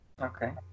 Okay